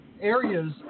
areas